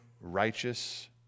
righteous